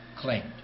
claimed